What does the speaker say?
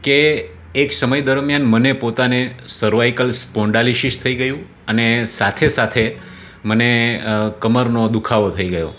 કે એક સમય દરમ્યાન મને પોતાને સર્વાઇકલ સ્પોન્ડાલિશિશ થઈ ગયું અને સાથે સાથે મને કમરનો દુખાવો થઈ ગયો